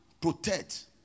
protect